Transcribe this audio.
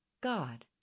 god